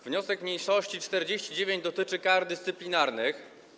Wniosek mniejszości nr 49 dotyczy kar dyscyplinarnych.